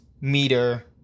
meter